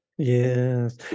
Yes